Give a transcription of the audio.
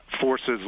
forces